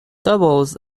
doubles